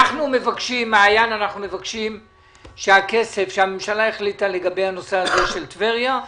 אנחנו מבקשים הכסף שהממשלה החליטה עליו לגבי הנושא של טבריה,